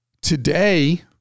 today